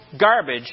garbage